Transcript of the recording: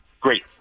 great